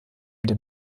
dem